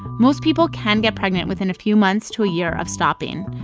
most people can get pregnant within a few months to a year of stopping.